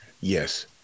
Yes